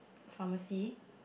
pharmacy